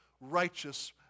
righteous